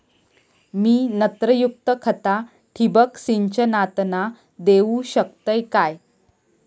मी नत्रयुक्त खता ठिबक सिंचनातना देऊ शकतय काय?